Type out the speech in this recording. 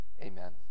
amen